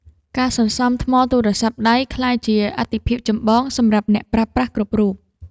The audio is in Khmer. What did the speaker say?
ការសន្សំថ្មទូរស័ព្ទដៃ ក្លាយជាអាទិភាពចម្បងសម្រាប់អ្នកប្រើប្រាស់គ្រប់រូប។